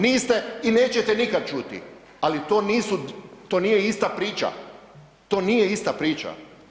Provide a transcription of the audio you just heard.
Niste i nećete nikad čuti, ali to nisu, to nije ista priča, to nije ista priča.